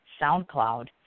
SoundCloud